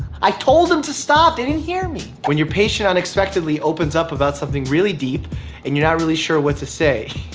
i told them to to stop, they didn't hear me! when your patient unexpectedly opens up about something really deep and you're not really sure what to say.